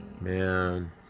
man